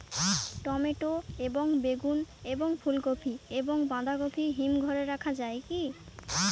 Tomato এবং বেগুন এবং ফুলকপি এবং বাঁধাকপি হিমঘরে রাখা যায় কি?